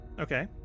Okay